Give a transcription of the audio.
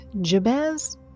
Jabez